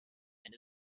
and